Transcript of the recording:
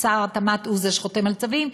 שר התמ"ת הוא זה שחותם על צווים,